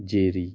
cherry